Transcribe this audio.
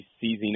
seizing